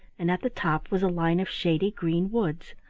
and at the top was a line of shady green woods.